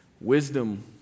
Wisdom